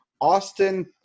Austin